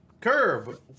Curve